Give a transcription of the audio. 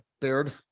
Baird